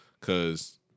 Cause